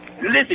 Listen